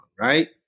right